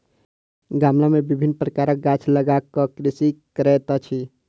गमला मे विभिन्न प्रकारक गाछ लगा क कृषि करैत अछि